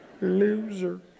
Loser